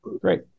Great